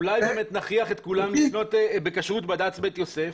אולי באמת נכריח את כולם לקנות בכשרות בד"ץ בית יוסף?